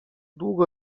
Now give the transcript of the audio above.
długo